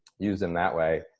used in that way.